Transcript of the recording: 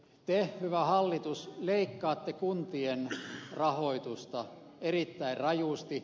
te hyvä hallitus leikkaatte kuntien rahoitusta erittäin rajusti